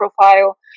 profile